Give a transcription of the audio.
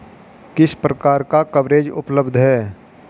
किस प्रकार का कवरेज उपलब्ध है?